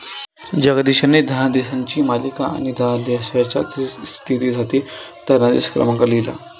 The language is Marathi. जगदीशने धनादेशांची मालिका आणि धनादेशाच्या स्थितीसाठी धनादेश क्रमांक लिहिला